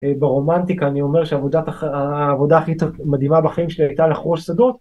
ברומנטיקה אני אומר שהעבודה הכי מדהימה בחיים שלי הייתה לחרוש שדות.